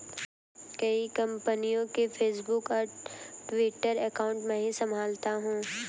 कई कंपनियों के फेसबुक और ट्विटर अकाउंट मैं ही संभालता हूं